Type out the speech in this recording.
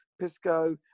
pisco